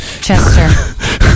Chester